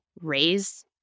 raise